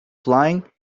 flying